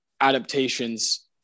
adaptations